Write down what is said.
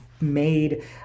made